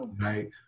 right